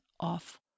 off